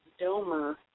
Domer